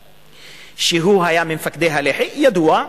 שהיה ממפקדי הלח"י, ידוע,